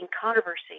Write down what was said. controversy